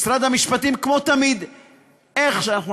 איך שאנחנו,